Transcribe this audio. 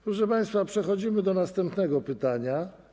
Proszę państwa, przechodzimy do następnego pytania.